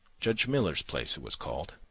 judge miller's place, it was called.